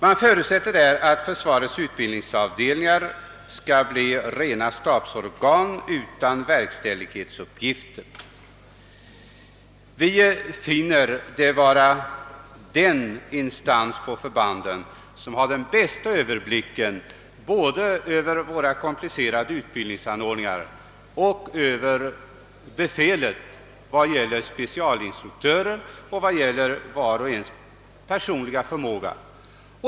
Man förutsätter bl.a. att förbandens utbildningsavdelningar skall bli rena stabsorgan utan verkställighetsuppgifter. Vi anser utbildningsavdelningen vara den instans på förbandet som har den bästa överblicken både över våra omfattande utbildningsanordningar och över befälet vad gäller såväl specialinriktning som vars och ens personliga förmåga.